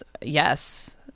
yes